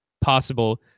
possible